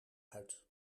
uit